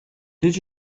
did